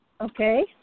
Okay